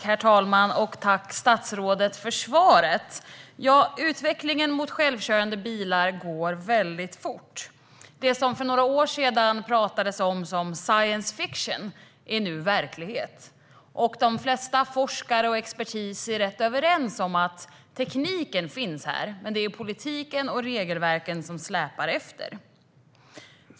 Herr talman! Tack, statsrådet, för svaret! Utvecklingen mot självkörande bilar går väldigt fort. Det som för några år sedan betraktades som science fiction är nu verklighet. De flesta forskare och experter är överens om att tekniken finns, men att det är politiken och regelverken som släpar efter.